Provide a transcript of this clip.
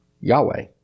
yahweh